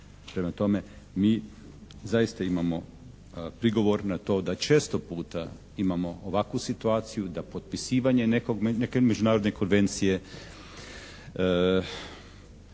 Prema tome, mi zaista imamo prigovor na to da često puta imamo ovakvu situaciju da potpisivanje neke međunarodne konvencije